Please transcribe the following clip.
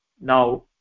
now